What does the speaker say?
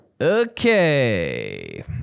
Okay